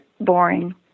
boring